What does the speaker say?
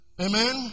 Amen